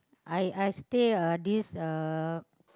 I I stay uh this uh